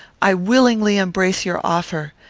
i willingly embrace your offer.